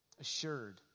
assured